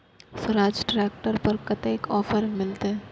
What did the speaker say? Swaraj tractor पर कतेक offer मिलते?